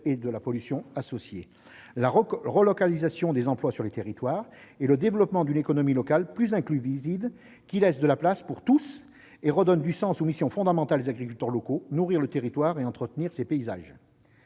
et de la pollution associée ; la relocalisation des emplois sur les territoires ; le développement d'une économie locale plus inclusive qui fasse une place à tous et redonne du sens aux missions fondamentales des agriculteurs locaux, à savoir nourrir le territoire et entretenir ses paysages.